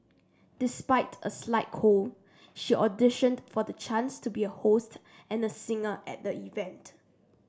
despite a slight cold she auditioned for the chance to be a host and a singer at the event